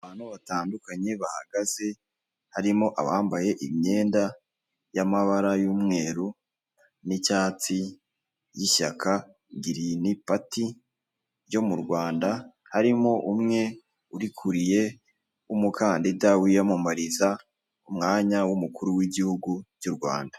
Abantu batandukanye bahagaze harimo abambaye imyenda y'amabara y'umweru n'icyatsi y'ishyaka girini pati ryo mu Rwanda, harimo umwe urikuriye w'umukandida wiyamamariza umwanya w'umukuru w'igihugu cy'u Rwanda.